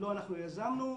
לא אנחנו יזמנו,